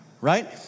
right